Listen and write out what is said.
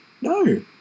no